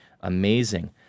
amazing